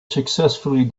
successfully